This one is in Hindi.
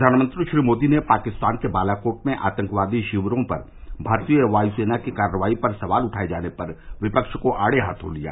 प्रधानमंत्री श्री मोदी ने पाकिस्तान के बालाकोट में आतंकवादी शिविरों पर भारतीय वायु सेना की कार्रवाई पर सवाल उठाए जाने पर विपक्ष को आड़े हाथों लिया